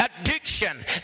addiction